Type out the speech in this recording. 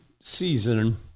season